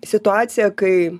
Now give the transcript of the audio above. situacija kai